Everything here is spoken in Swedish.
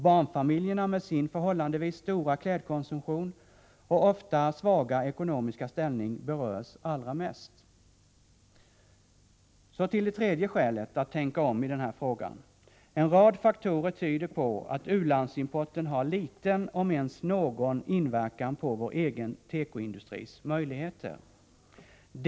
Barnfamiljerna med sin förhållandevis stora klädkonsumtion och ofta svaga ekonomiska ställning berörs allra mest. Så till det tredje skälet för att tänka om i den här frågan. En rad faktorer tyder på att u-landsimporten har liten, om ens någon, inverkan på vår egen tekoindustris möjligheter.